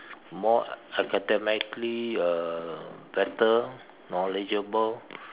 more academically uh better knowledgeable